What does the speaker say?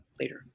later